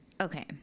Okay